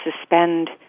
suspend